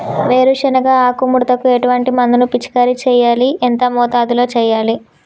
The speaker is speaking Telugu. వేరుశెనగ ఆకు ముడతకు ఎటువంటి మందును పిచికారీ చెయ్యాలి? ఎంత మోతాదులో చెయ్యాలి?